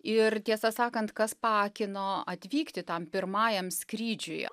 ir tiesą sakant kas paakino atvykti tam pirmajam skrydžiui